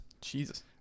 Jesus